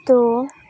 ᱛᱳ